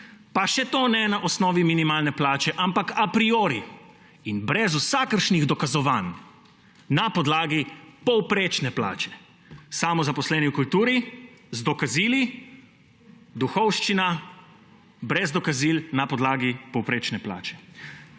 Pa še to ne na osnovi minimalne plače, ampak a priori in brez vsakršnih dokazovanj na podlagi povprečne plače. Samozaposleni v kulturi z dokazili, duhovščina brez dokazil na podlagi povprečne plače.